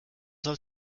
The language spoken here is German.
soll